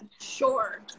Sure